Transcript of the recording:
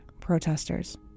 protesters